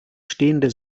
stehende